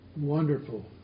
Wonderful